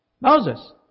Moses